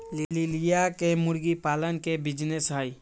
लिलिया के मुर्गी पालन के बिजीनेस हई